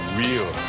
real